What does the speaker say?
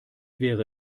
wäre